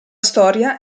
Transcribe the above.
storia